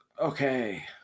okay